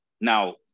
Now